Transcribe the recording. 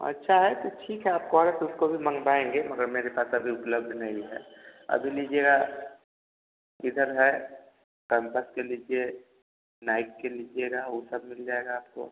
अच्छा है तो ठीक है आप कह रहे हैं तो उसको भी मंगवाएँगे मगर मेरे पास अभी उपलब्ध नहीं है अभी लीजिएगा इधर है कैम्पस की लीजिए नाइक की लीजिएगा ऊ सब मिल जाएगा आपको